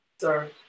sir